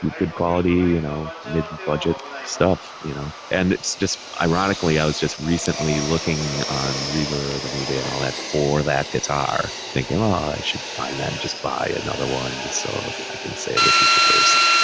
good quality, you know, mid budget stuff, you know? and it's just, ironically, i was just recently looking on reverb and ebay and all that for that guitar thinking, oh, i should find that and just buy another one just so i can say this is the first,